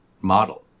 model